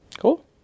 cool